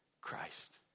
Christ